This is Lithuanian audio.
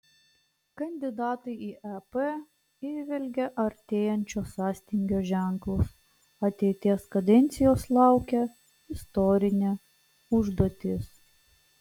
kandidatai į ep įžvelgė artėjančio sąstingio ženklus ateities kadencijos laukia istorinė užduotis